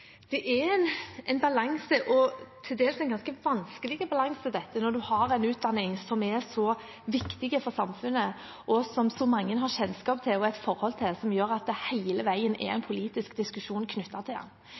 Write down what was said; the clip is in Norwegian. Det er en balanse, til dels en ganske vanskelig balanse, når man har en utdanning som er så viktig for samfunnet, og som så mange har kjennskap til og et forhold til, noe som gjør at det hele veien er en politisk diskusjon knyttet til